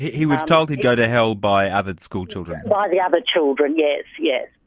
he was told he'd go to hell by other school children? by the other children, yes, yes.